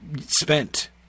spent